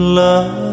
love